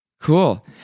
Cool